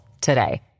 today